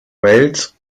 wales